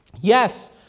yes